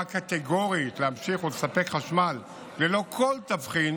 קטגורית להמשיך ולספק חשמל ללא כל תבחין,